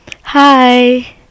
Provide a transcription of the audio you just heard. Hi